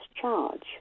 charge